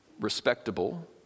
Respectable